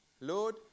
Lord